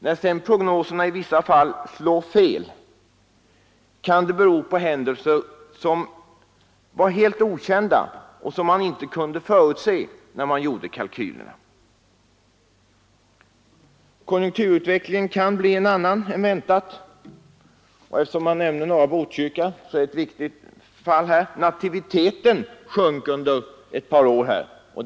När sedan prognoserna i vissa fall slår fel kan det bero på händelser som var helt okända och som man inte kunde förutse när man gjorde kalkylerna. Konjunkturutvecklingen kan bli en annan än väntat. Och på tal om norra Botkyrka vill jag nämna en viktig omständighet, nämligen att nativiteten under ett par år sjönk i området.